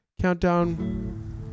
Countdown